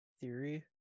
theory